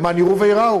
למען יראו וייראו,